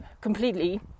completely